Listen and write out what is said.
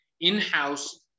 in-house